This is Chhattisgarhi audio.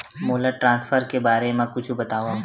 मोला ट्रान्सफर के बारे मा कुछु बतावव?